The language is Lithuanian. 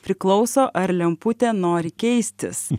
priklauso ar lemputė nori keistis